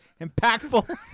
impactful